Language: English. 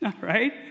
right